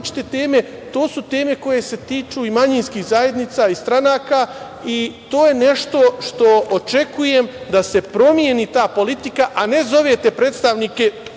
to su teme koje se tiču i manjinskih zajednica i stranka i to je nešto što očekujem, da se promeni ta politika, a ne zovete predstavnike